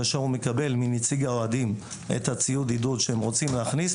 כאשר הוא מקבל מנציג האוהדים את ציוד העידוד שהם רוצים להכניס,